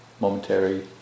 momentary